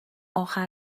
اخر